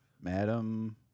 madam